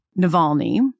Navalny